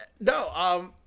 no